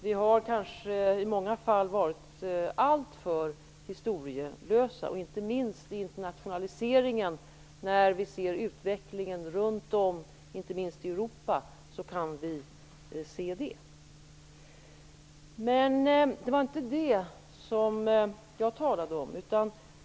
Vi har kanske i många fall varit alltför historielösa, inte minst när det gäller internationaliseringen och när vi tittar på utvecklingen runt om i Europa kan vi se det. Men det var inte det som jag talade om.